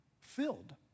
filled